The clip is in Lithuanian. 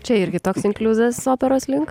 čia irgi toks inkliuzas operos link